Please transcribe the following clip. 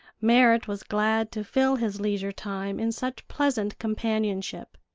merrit was glad to fill his leisure time in such pleasant companionship.